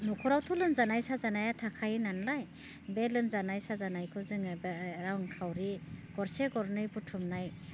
नख'रावथ' लोमजानाय साजानाया थाखायो नालाय बे लोमजानाय साजनायखौ जोङो बे रांखावरि गरसे गरनै बुथुमनाय